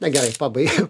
na gerai pabaigiu